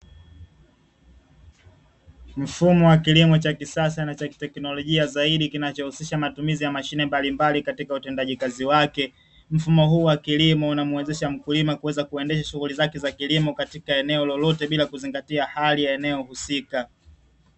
Mfumo wa kilimo cha kisasa na cha kiteknolojia zaidi, kinachohusisha matumizi ya mashine mbalimbali katika utendaji kazi wake, mfumo huu wa kilimo unamwezesha mkulima kuweza kuendesha shughuli zake za kilimo katika eneo lolote bila kuzingatia hali ya eneo husika.